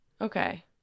Okay